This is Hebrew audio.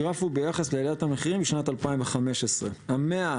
הגרף הוא ביחס לעליית המחירים משנת 2015. המאה